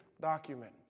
document